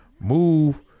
move